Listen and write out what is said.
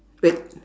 wait